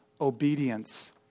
obedience